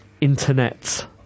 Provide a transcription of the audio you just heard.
internet